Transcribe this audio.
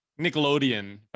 nickelodeon